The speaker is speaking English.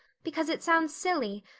because it sounds silly.